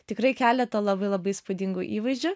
tikrai keletą labai labai įspūdingu įvaizdžiu